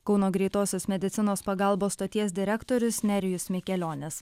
kauno greitosios medicinos pagalbos stoties direktorius nerijus mikelionis